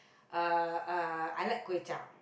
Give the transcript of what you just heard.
uh uh I like kway-chap